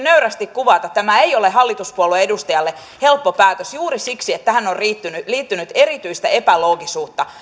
nöyrästi kuvata tämä ei ole hallituspuolueen edustajalle helppo päätös juuri siksi että tähän lapsilisien indeksisidonnaisuuteen on liittynyt erityistä epäloogisuutta